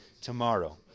tomorrow